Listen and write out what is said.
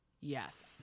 Yes